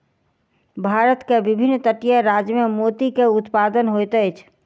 भारत के विभिन्न तटीय राज्य में मोती के उत्पादन होइत अछि